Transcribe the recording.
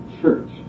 Church